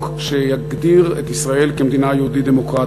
שיגדיר את ישראל כמדינה יהודית דמוקרטית.